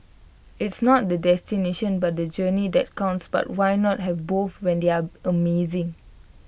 it's not the destination but the journey that counts but why not have both when they're amazing